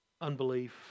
unbelief